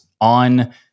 on